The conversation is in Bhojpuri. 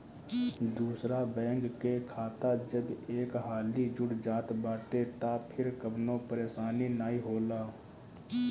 दूसरा बैंक के खाता जब एक हाली जुड़ जात बाटे तअ फिर कवनो परेशानी नाइ होला